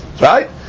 right